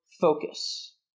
focus